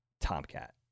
Tomcat